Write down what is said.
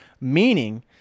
meaning